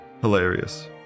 Hilarious